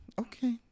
okay